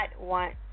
want